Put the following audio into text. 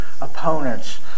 opponents